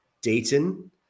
Dayton